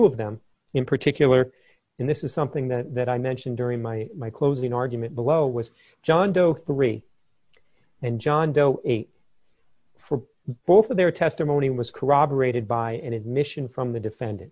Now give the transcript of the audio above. of them in particular in this is something that i mentioned during my my closing argument below with john doe three and john doe eight for both of their testimony was corroborated by an admission from the defendant